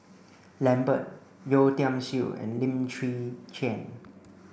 Lambert Yeo Tiam Siew and Lim Chwee Chian